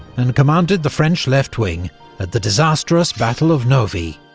and commanded the french left wing at the disastrous battle of novi,